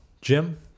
Jim